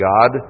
God